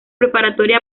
preparatoria